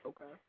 Okay